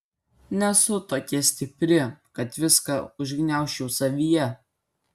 nesu tokia stipri kad viską užgniaužčiau savyje